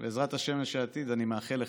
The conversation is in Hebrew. בעזרת השם השר לעתיד, אני מאחל לך.